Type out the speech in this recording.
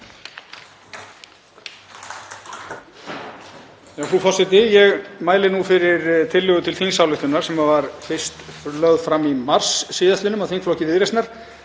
Ég mæli fyrir tillögu til þingsályktunar sem var fyrst lögð fram í mars síðastliðnum af þingflokki Viðreisnar.